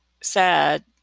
sad